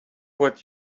what